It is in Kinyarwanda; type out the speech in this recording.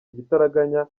igitaraganya